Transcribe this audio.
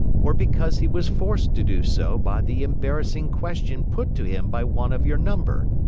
or because he was forced to do so by the embarrassing question put to him by one of your number.